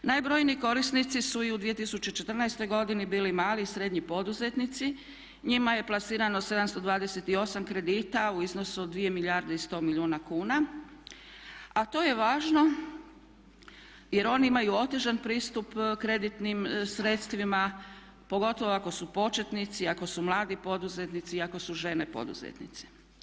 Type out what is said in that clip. Najbrojniji korisnici su i u 2014. godini bili mali i srednji poduzetnici, njima je plasirano 728 kredita u iznosu od 2 milijarde i 100 milijuna kuna a to je važno jer oni imaju otežan pristup kreditnim sredstvima, pogotovo ako su početnici, ako su mladi poduzetnici i ako su žene poduzetnici.